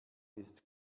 ist